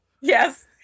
Yes